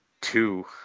two